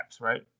right